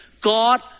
God